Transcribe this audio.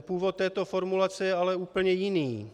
Původ této formulace je ale úplně jiný.